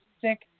sick